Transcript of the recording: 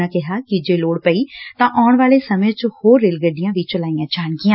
ਉਨ੍ਹਾਂ ਕਿਹਾ ਕਿ ਜੇ ਲੋੜ ਪਈ ਤਾਂ ਆਉਣ ਵਾਲੇ ਸਮੇਂ ਚ ਹੋਰ ਰੇਲ ਗੱਡੀਆਂ ਵੀ ਚਲਾਈਆਂ ਜਾਣਗੀਆਂ